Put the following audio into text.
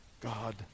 God